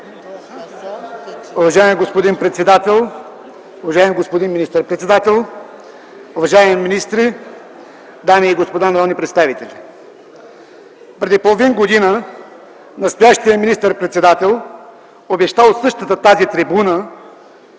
Уважаеми господин председател, уважаеми господин министър-председател, уважаеми министри, дами и господа народни представители! Преди половин година настоящият министър-председател обеща от същата тази трибуна